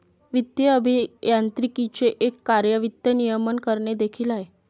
वित्तीय अभियांत्रिकीचे एक कार्य वित्त नियमन करणे देखील आहे